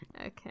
okay